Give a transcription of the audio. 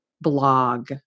blog